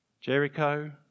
Jericho